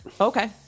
Okay